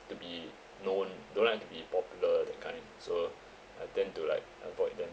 to be known don't like to be popular that kind so I tend to like avoid them